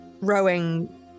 rowing